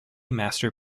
master